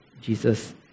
Jesus